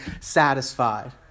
satisfied